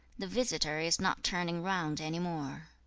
the visitor is not turning round any more